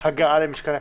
הגעה למשכן הכנסת,